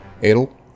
Adel